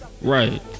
Right